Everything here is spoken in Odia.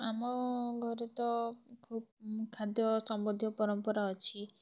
ଆମ ଘରେ ତ ଖାଦ୍ୟ ସମ୍ବନ୍ଧୀୟ ପରମ୍ପରା ଅଛି